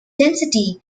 density